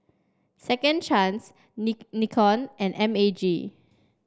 Second Chance Nikon and M A G